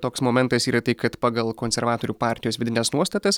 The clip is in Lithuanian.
toks momentas yra tai kad pagal konservatorių partijos vidines nuostatas